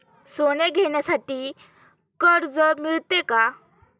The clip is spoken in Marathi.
सोने घेण्यासाठी कर्ज मिळते का?